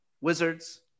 Wizards